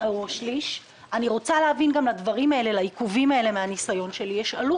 מניסיוני יש לעיכובים עלות.